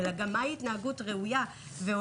אלא גם להסביר להם מהי התנהגות ראויה והולמת,